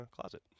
closet